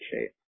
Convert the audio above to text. shape